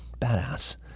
badass